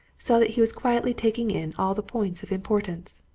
saw that he was quietly taking in all the points of importance.